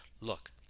look